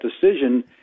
decision